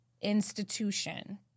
institution